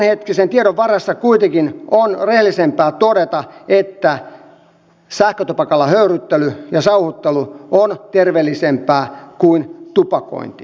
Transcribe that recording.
tämänhetkisen tiedon varassa kuitenkin on rehellisempää todeta että sähkötupakalla höyryttely ja sauhuttelu on terveellisempää kuin tupakointi